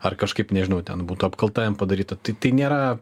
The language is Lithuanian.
ar kažkaip nežinau ten būtų apkalta jam padaryta tai tai nėra